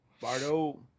Bardo